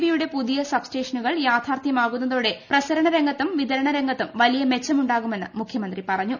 ബിയുടെ പുതിയ സബ്സ്റ്റേഷനുകൾ യാഥാർഥൃമാകുന്നതോടെ പ്രസരണരംഗത്തും വിതരണരംഗത്തും വലിയ മെച്ചമുണ്ടാകുമെന്ന് മുഖ്യമന്ത്രി പറഞ്ഞു